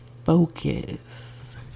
Focus